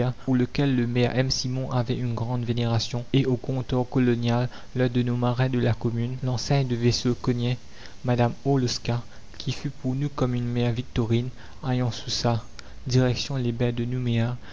pour lequel le maire m simon avait une grande vénération et au comptoir colonial l'un de nos marins de la commune l'enseigne de vaisseau cogniet madame orlowska qui fut pour nous comme une mère victorine ayant sous sa direction les bains de nouméa